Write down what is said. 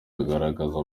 agaragaza